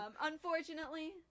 Unfortunately